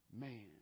man